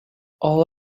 all